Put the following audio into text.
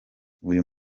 uyu